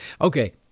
Okay